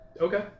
okay